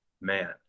man